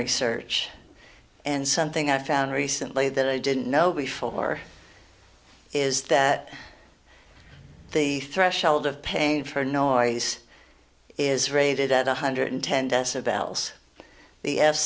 research and something i found recently that i didn't know before is that the threshold of pain for noise is rated at one hundred t